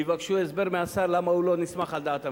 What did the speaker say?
ויבקשו הסבר מהשר למה הוא לא נסמך על דעת הממונה.